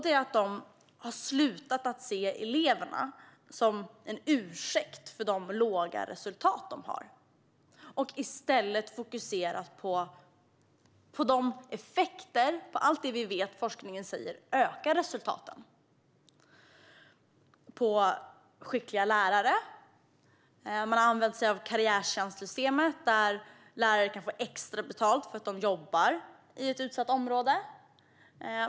Det är att de har slutat se eleverna som en ursäkt för de låga resultaten och i stället fokuserat på de effekter som forskningen säger ökar resultaten. Det handlar om skickliga lärare, och man har använt sig av karriärstjänstsystemet där lärarna kan få extra betalt för att de jobbar i ett utsatt område.